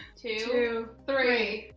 two, three.